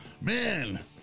Man